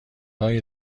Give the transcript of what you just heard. هایی